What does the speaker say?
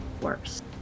worse